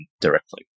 directly